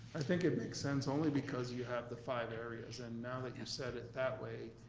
i think it makes sense, only because you have the five areas, and now that you've said it that way,